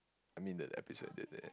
I mean the episode ended there